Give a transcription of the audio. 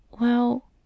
well—